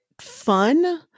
fun